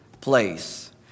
place